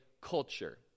culture